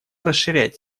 расширять